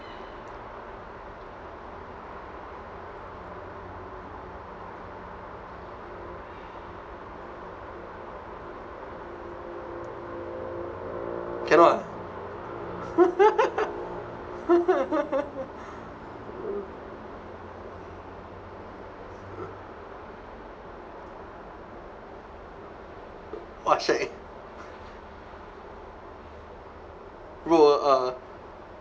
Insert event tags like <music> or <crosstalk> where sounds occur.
cannot ah <laughs> <laughs> !wah! shag eh bro uh